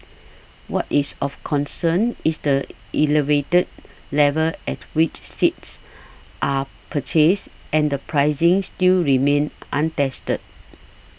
what is of concern is the elevated level at which seats are purchased and the pricing still remains untested